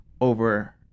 over